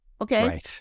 okay